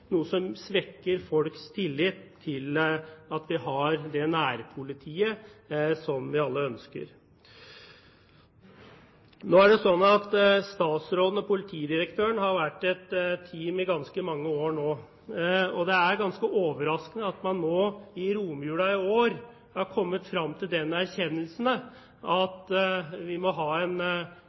noe som svekker folks tillit til at vi har det nærpolitiet som vi alle ønsker. Nå har statsråden og politidirektøren vært et team i ganske mange år, og det er ganske overraskende at man nå, i romjulen i år, har kommet frem til den erkjennelse at vi må ha en